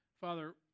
Father